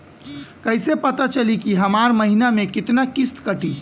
कईसे पता चली की हमार महीना में कितना किस्त कटी?